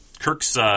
Kirk's